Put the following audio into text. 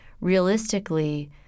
realistically